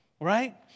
right